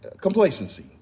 complacency